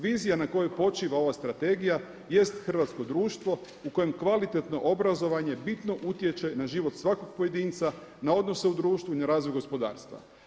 Vizija na kojoj počiva ova strategija jest hrvatsko društvo u kojem kvalitetno obrazovanje bitno utječe na život svakog pojedinca, na odnose u društvu i na razvoj gospodarstva.